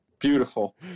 beautiful